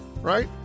right